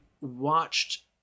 watched